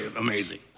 amazing